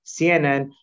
CNN